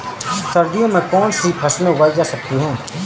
सर्दियों में कौनसी फसलें उगाई जा सकती हैं?